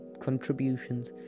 contributions